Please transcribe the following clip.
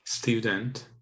student